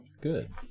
Good